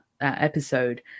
episode